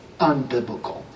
unbiblical